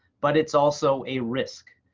but it's also a risk.